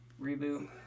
reboot